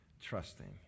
trusting